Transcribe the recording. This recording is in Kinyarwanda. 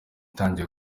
ntangiye